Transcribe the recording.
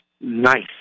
nice